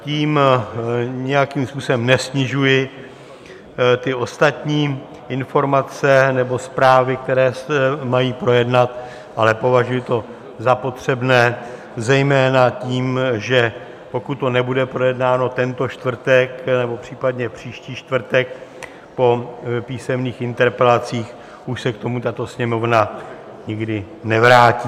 Tím nijakým způsobem nesnižuji ostatní informace nebo zprávy, které se mají projednat, ale považuji to za potřebné zejména tím, že pokud to nebude projednáno tento čtvrtek, nebo případně příští čtvrtek po písemných interpelacích, už se k tomu tato Sněmovna nikdy nevrátí.